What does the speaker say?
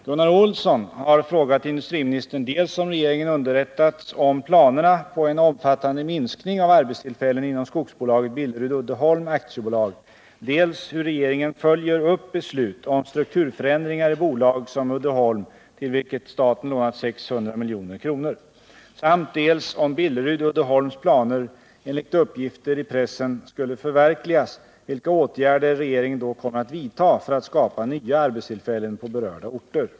Gunnar Olsson har frågat industriministern dels om regeringen underrättats om planerna på en omfattande minskning av arbetstillfällen inom skogsbolaget Billerud-Uddeholm AB, dels hur regeringen följer upp beslut om strukturförändringar i bolag som Uddeholm, till vilket staten lånat ut 600 milj.kr., samt dels om Billerud-Uddeholms planer, enligt uppgifter i pressen, skulle förverkligas, vilka åtgärder regeringen då kommer att vidta för att skapa nya arbetstillfällen på berörda orter.